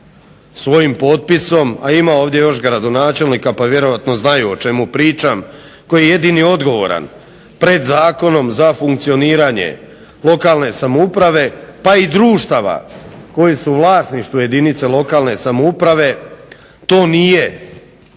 svojim potpisom, a ima ovdje još gradonačelnika pa vjerojatno znaju o čemu pričam, koji je jedini odgovoran pred zakonom za funkcioniranje lokalne samouprave pa i društava koji su u vlasništvu jedinice lokalne samouprave to nije Gradsko